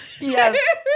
Yes